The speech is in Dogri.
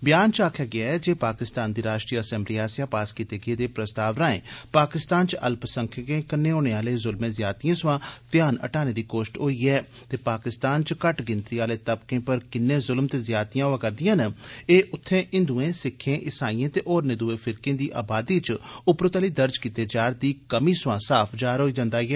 ब्यान च आक्खेआ गेआ ऐ जे पाकिस्तान दी राष्ट्रीय असैंबली आस्सेआ पास कीते गेदे प्रस्ताव राएं पाकिस्तान च अल्पसंख्यकें कन्नै होने आले जुल्में ज्यादतिएं थमां ध्यान हटाने दी कोष्ट कीती गेई ऐ ते पाकिस्तान च घट्ट गिनतरी आले तबकें पर किन्ने जुल्म ते ज्यादतियां होए करदियां न एह् उत्थें हिंदुएं सिक्खें इसइएं ते होरने दुए फिरके दी अबादी च उपरोतली दर्ज कीती जा'रदी कमी थमां साफ जाह्र होई जंदा ऐ